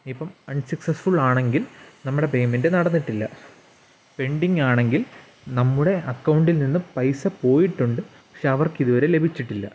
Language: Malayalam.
ഇപ്പം അൺ സക്സസ്ഫുള്ളാണെങ്കിൽ നമ്മുടെ പേയ്മെൻറ്റ് നടന്നിട്ടില്ല പെൻഡിങ്ങാണെങ്കിൽ നമ്മുടെ അക്കൗണ്ടിൽ നിന്ന് പൈസ പോയിട്ടുണ്ട് പക്ഷേ അവർക്കിതുവരെ ലഭിച്ചിട്ടില്ല